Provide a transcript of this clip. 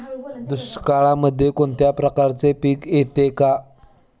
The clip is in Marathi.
दुष्काळामध्ये कोणत्या प्रकारचे पीक येते का?